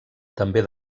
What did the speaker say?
també